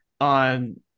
on